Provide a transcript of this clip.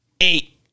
eight